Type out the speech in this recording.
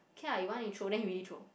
can ah you want you throw then he really throw